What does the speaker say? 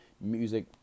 music